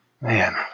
man